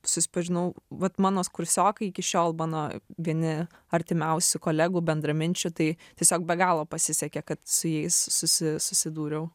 susipažinau vat mano kursiokai iki šiol mano vieni artimiausių kolegų bendraminčių tai tiesiog be galo pasisekė kad su jais susi susidūriau